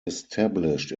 established